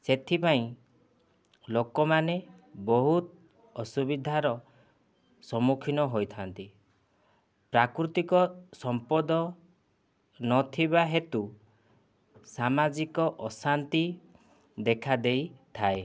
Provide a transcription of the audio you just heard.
ସେଥିପାଇଁ ଲୋକମାନେ ବହୁତ ଅସୁବିଧାର ସମ୍ମୁଖୀନ ହୋଇଥାନ୍ତି ପ୍ରାକୃତିକ ସମ୍ପଦ ନଥିବା ହେତୁ ସାମାଜିକ ଅଶାନ୍ତି ଦେଖା ଦେଇଥାଏ